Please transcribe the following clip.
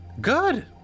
Good